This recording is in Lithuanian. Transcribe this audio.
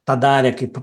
tq darė kaip